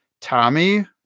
Tommy